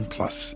Plus